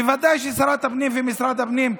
ובוודאי ששרת הפנים ומשרד הפנים,